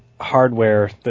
hardware